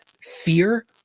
fear